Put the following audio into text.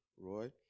Roy